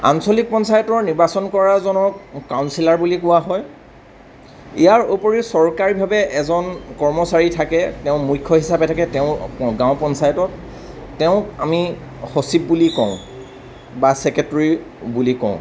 আঞ্চলিক পঞ্চায়তৰ নিৰ্বাচন কৰাজনক কাউঞ্চিলাৰ বুলি কোৱা হয় ইয়াৰ উপৰিও চৰকাৰীভাবে এজন কৰ্মচাৰী থাকে তেওঁ মুখ্য হিচাপে থাকে তেওঁ গাঁও পঞ্চায়তত তেওঁক আমি সচিব বুলি কওঁ বা ছেক্ৰেটৰী বুলি কওঁ